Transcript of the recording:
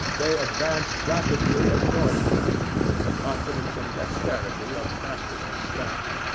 they advanced rapidly and noiselessly, with the confidence and dexterity of practised scouts.